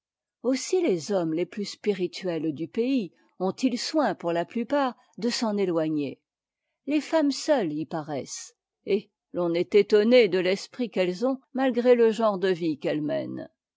aussi les hommes les plus spirituels du pays ont-ils soin pour la plupart de s'en éloigner les femmes seules y paraissent et l'on est étonné de l'esprit qu'elles ont malgré le genre de vie qu'elles mènent